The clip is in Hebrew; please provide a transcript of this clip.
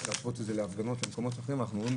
אני דוחה